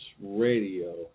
Radio